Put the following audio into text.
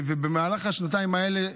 במהלך השנתיים האלה,